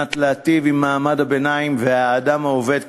מנת להיטיב עם מעמד הביניים והאדם העובד,